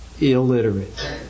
illiterate